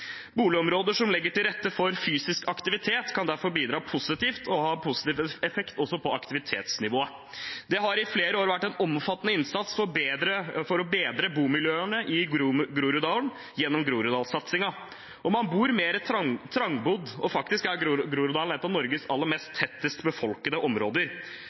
Boligområder som legger til rette for fysisk aktivitet, kan derfor bidra positivt og ha positiv effekt også på aktivitetsnivået. Det har i flere år vært en omfattende innsats for å bedre bomiljøene i Groruddalen gjennom Groruddalssatsingen. Man lever mer trangbodd der, og faktisk er Groruddalen et av Norges aller tettest befolkede områder.